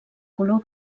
color